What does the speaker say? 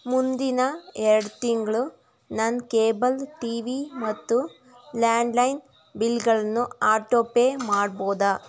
ಮುಂದಿನ ಎರ್ಡು ತಿಂಗಳು ನನ್ನ ಕೇಬಲ್ ಟಿವಿ ಮತ್ತು ಲ್ಯಾಂಡ್ಲೈನ್ ಬಿಲ್ಗಳನ್ನು ಆಟೋ ಪೇ ಮಾಡ್ಬೋದ